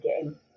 game